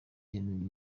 ibintu